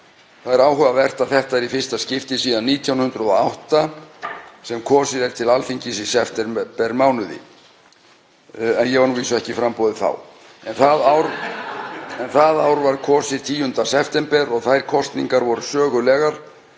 Það er áhugavert að þetta er í fyrsta skipti síðan 1908 sem kosið er til Alþingis í septembermánuði, ég var að vísu ekki í framboði þá, en það ár var kosið 10. september og þær kosningar voru sögulegar